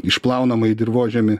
išplaunama į dirvožemį